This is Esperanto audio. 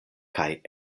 kaj